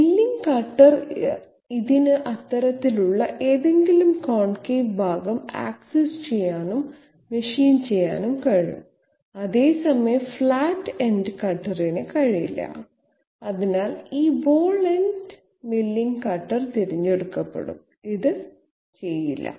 milling cutter ഇതിന് അത്തരത്തിലുള്ള ഏതെങ്കിലും കോൺകേവ് ഭാഗം ആക്സസ് ചെയ്യാനും മെഷീൻ ചെയ്യാനും കഴിയും അതേസമയം ഫ്ലാറ്റ് എൻഡ് കട്ടറിന് കഴിയില്ല അതിനാൽ ഈ ബോൾ എൻഡ് മില്ലിംഗ് കട്ടർ തിരഞ്ഞെടുക്കപ്പെടും ഇത് ചെയ്യില്ല